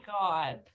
god